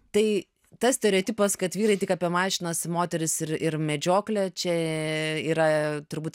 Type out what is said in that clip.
tai tas stereotipas kad vyrai tik apie mašinas moteris ir ir medžioklę čia yra turbūt